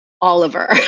Oliver